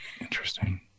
Interesting